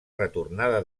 retornada